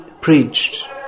preached